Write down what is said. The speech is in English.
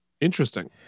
Interesting